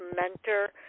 mentor